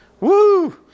Woo